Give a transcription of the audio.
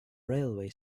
railway